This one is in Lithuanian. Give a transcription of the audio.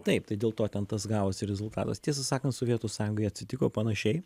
taip tai dėl to ten tas gavosi rezultatas tiesą sakant sovietų sąjungai atsitiko panašiai